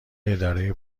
اداره